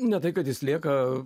ne tai kad jis lieka